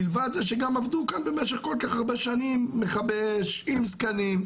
מלבד זה שעבדו כאן כל כך הרבה שנים כבאים עם זקנים,